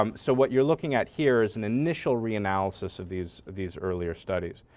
um so what you're looking at here is an initial reanalysis of these of these earlier studies.